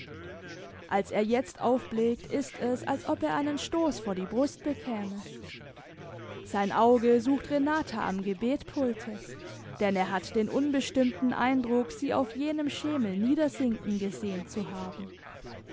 als er jetzt aufblickt ist es als ob er einen stoß vor die brust bekäme sein auge sucht renata am gebetpulte denn er hat den unbestimmten eindruck sie auf jenem schemel niedersinken gesehen zu haben